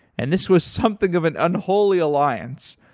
and this was something of an unholy alliance.